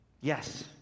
yes